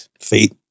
Fate